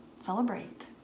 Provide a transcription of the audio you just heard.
celebrate